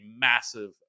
massive